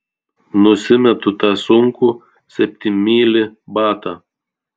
nusimetu tą sunkų septynmylį batą